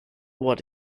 what